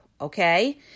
okay